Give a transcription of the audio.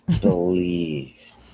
believe